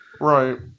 Right